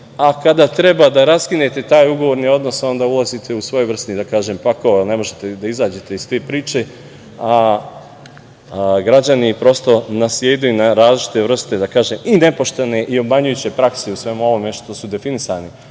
a kada treba da raskinete taj ugovorni odnos, onda ulazite u svojevrsni pakao, jer ne možete da izađete iz te priče, a građani prosto nasedaju na različite vrste, da kažem, i nepoštene i obmanjujuće prakse u svemu ovome što su definisani